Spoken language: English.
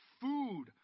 food